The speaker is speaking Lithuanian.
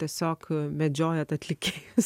tiesiog medžiojat atlikėjus